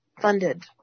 funded